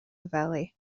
valley